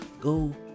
Go